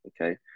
okay